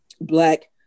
Black